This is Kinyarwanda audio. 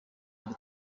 ari